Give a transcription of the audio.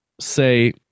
say